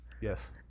Yes